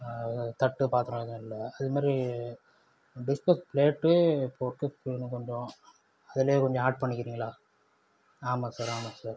இது தட்டு பாத்திரம் எதுவும் இல்லை அதுமாரி டிஸ்போஸ் பிளேட்டு போட்டு கொடுங்க கொஞ்சம் அதுலையே கொஞ்சம் ஆட் பண்ணிக்கிறிங்களா ஆமாம் சார் ஆமாம் சார்